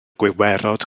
gwiwerod